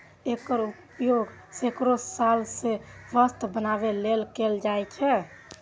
एकर उपयोग सैकड़ो साल सं वस्त्र बनबै लेल कैल जाए छै